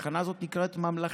התחנה הזאת נקראת ממלכתית,